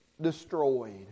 destroyed